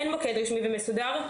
אין מוקד רשמי ומסודר.